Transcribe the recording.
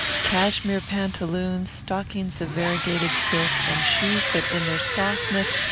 cassimere pantaloons, stockings of variegated silk, and shoes that in their softness,